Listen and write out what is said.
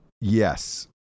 yes